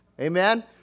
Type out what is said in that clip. Amen